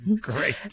great